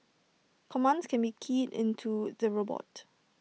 commands can be keyed into the robot